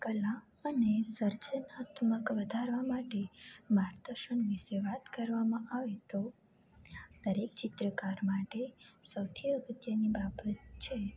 કલા અને સર્જનાત્મક વધારવા માટે માર્ગદર્શન વિશે વાત કરવામાં આવે તો દરેક ચિત્રકાર માટે સૌથી અગત્યની બાબત છે